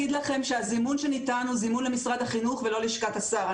הזימון שניתן הוא זימון למשרד החינוך ולא ללשכת השר.